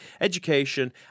education